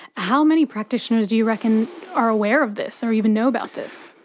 how many practitioners do you reckon are aware of this or even know about this?